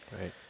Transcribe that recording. right